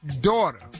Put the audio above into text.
daughter